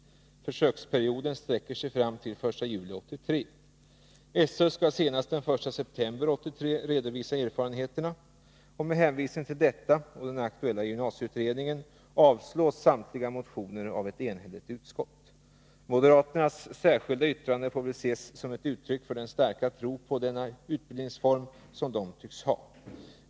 Försöksperioden sträcker sig fram till den 1 juli 1983. SÖ skall senast den 1 september 1983 redovisa erfarenheterna. Med hänvisning till detta och den aktuella gymnasieutredningen avstyrks samtliga motioner av ett enhälligt utskott. Moderaternas särskilda yttrande får väl ses som ett uttryck för den starka tro som de tycks ha på denna utbildningsform.